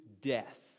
death